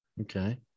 Okay